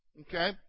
Okay